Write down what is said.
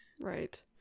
right